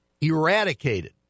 eradicated